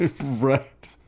Right